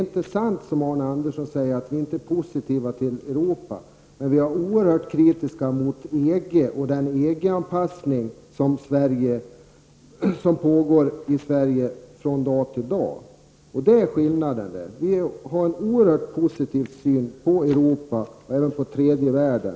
Samtidigt som vi alltså är positiva i vår syn på Europa är vi oerhört kritiska till den EG-anpassning som pågår dag för dag i Sverige. Vi är också positiva i vår syn på tredje världen.